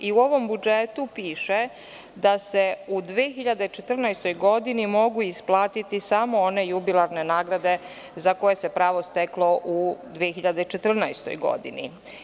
U ovom budžetu piše da se u 2014. godini, mogu usplatiti samo one jubilarne nagrade za koje se pravo steklo u 2014. godini.